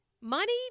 money